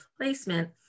placement